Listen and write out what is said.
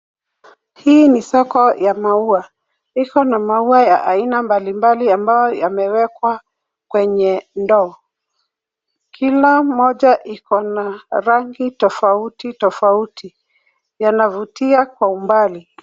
Hii ni soko ya maua. Vifaa na maua ya aina mbalimbali ambao yamewekwa kwenye ndoo. Kila mmoja iko na rangi tofauti tofauti, yanavutia kwa umbali.